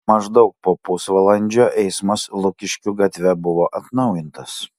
maždaug po pusvalandžio eismas lukiškių gatve buvo atnaujintas